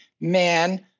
man